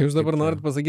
jūs dabar norit pasakyt